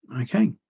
Okay